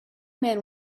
man